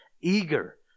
eager